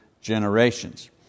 generations